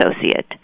associate